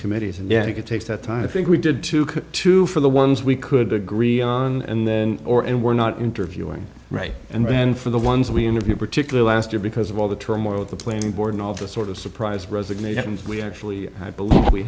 committees and yet it takes that time i think we did two two for the ones we could agree on and then or and we're not interviewing right and then for the ones we interviewed particularly last year because of all the turmoil at the planning board and all the sort of surprise resignations we actually i believe we